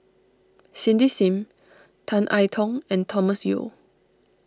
Cindy Sim Tan I Tong and Thomas Yeo